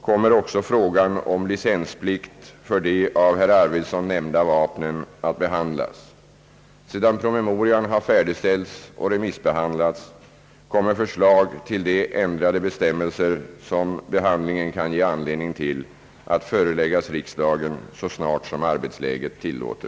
kommer också frågan om licensplikt för de av herr Arvidson nämnda vapnen att behandlas. Sedan promemorian har färdigställts och remissbehandlats, kommer förslag till de ändrade bestämmelser som behandlingen kan ge anledning till att föreläggas riksdagen så snart arbetsläget tillåter.